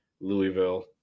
Louisville